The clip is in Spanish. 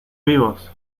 vivos